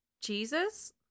Jesus